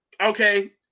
okay